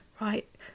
right